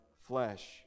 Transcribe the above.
flesh